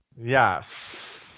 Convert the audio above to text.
Yes